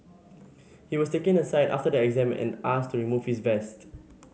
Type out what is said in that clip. he was taken aside after the exam and asked to remove his vest